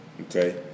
Okay